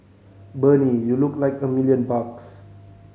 Bernie you look like a million bucks